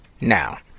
Now